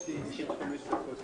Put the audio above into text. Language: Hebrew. אנחנו פותחים